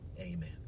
Amen